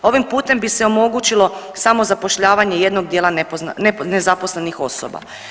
Ovim putem bi se omogućilo samozapošljavanje jednog dijela nezaposlenih osoba.